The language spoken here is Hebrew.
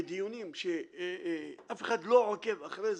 ודיונים שאף אחד לא עוכב אחרי זה,